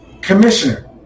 commissioner